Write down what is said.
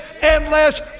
endless